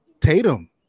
Tatum